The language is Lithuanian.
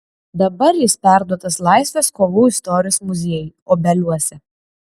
dabar jis perduotas laisvės kovų istorijos muziejui obeliuose